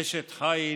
אשת חיל,